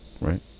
Right